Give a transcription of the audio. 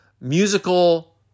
musical